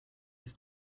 his